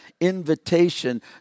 invitation